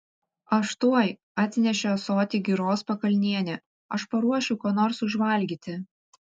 aš tuoj atnešė ąsotį giros pakalnienė aš paruošiu ko nors užvalgyti